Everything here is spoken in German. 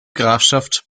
grafschaft